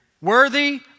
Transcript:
Worthy